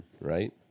right